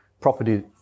property